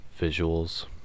visuals